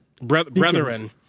brethren